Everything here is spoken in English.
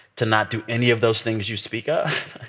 to not do any of those things you speak of.